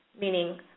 meaning